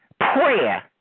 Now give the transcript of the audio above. prayer